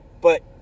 but-